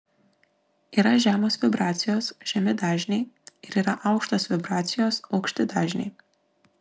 yra žemos vibracijos žemi dažniai ir yra aukštos vibracijos aukšti dažniai